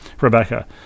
Rebecca